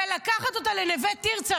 לנווה תרצה,